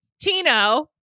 Tino